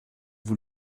vous